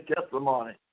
testimony